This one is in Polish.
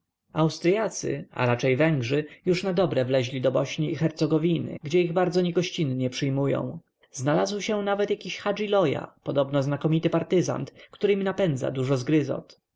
austryacy a raczej węgrzy już nadobre wleźli do bośni i hercogowiny gdzie ich bardzo niegościnnie przyjmują znalazł się nawet jakiś hadżi loja podobno znakomity partyzant który im napędza dużo zgryzot